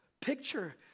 picture